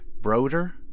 Broder